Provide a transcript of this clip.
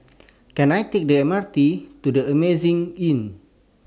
Can I Take The M R T to The Amazing Inn